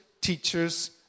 teachers